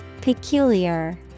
Peculiar